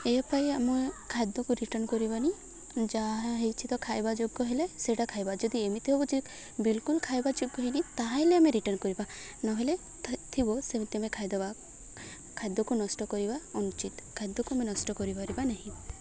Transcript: ଏ ପାଇ ଆମ ଖାଦ୍ୟକୁ ରିଟର୍ଣ୍ଣ କରିବାନି ଯାହା ହେଇଛି ତ ଖାଇବା ଯୋଗ୍ୟ ହେଲେ ସେଇଟା ଖାଇବା ଯଦି ଏମିତି ହେଉଛି ବିଲ୍କୁଲ୍ ଖାଇବା ଯୋଗ୍ୟ ହେଇନି ତା'ହାଲେ ଆମେ ରିଟର୍ଣ୍ଣ କରିବା ନହେଲେ ଥ ଥିବ ସେମିତି ଆମେ ଖାଇଦବା ଖାଦ୍ୟକୁ ନଷ୍ଟ କରିବା ଅନୁଚିତ୍ ଖାଦ୍ୟକୁ ଆମେ ନଷ୍ଟ କରିପାରିବା ନାହିଁ